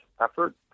effort